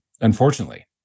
unfortunately